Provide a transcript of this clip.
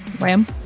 Ram